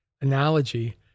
analogy